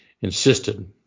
insisted